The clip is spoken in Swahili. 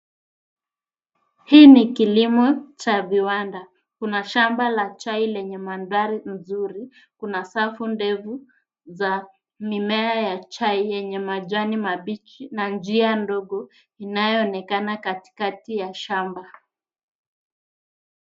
Hii ni kilimo cha viwanda. Kuna shamba la chai lenye mandhari mzuri, kuna safu ndefu za mimea ya chai yenye majani mabichi na njia ndogo inayoonekana katikati ya shamba.